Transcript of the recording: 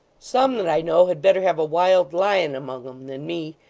some that i know had better have a wild lion among em than me,